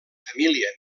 família